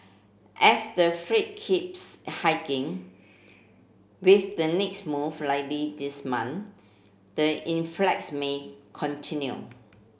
as the keeps hiking with the next move likely this month the influx may continue